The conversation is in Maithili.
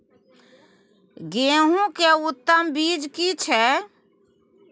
गेहूं के उत्तम बीज की छै?